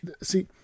see